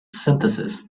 synthesis